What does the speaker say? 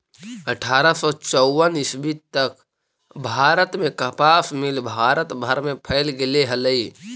अट्ठारह सौ चौवन ईस्वी तक भारत में कपास मिल भारत भर में फैल गेले हलई